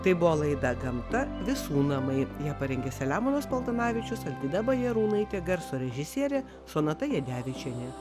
tai buvo laida gamta visų namai ją parengė selemonas paltanavičius alvyda bajarūnaitė garso režisierė sonata jadevičienė